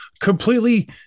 Completely